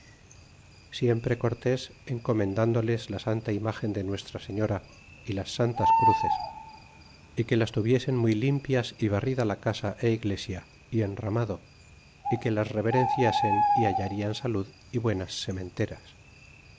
siempre cortés encomendándoles la santa imagen de nuestra señora y las santas cruces y que las tuviesen muy limpias y barrida la casa é iglesia y enramado y que las reverenciasen y hallarían salud y buenas sementeras